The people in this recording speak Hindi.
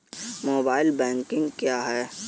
मोबाइल बैंकिंग क्या है?